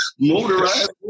motorized